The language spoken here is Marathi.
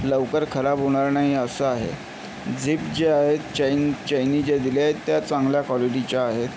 लवकर खराब होणार नाही असं आहे झिप जे आहेत चैन चैनी ज्या दिल्या आहेत त्या चांगल्या क्वालिटीच्या आहेत